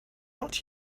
out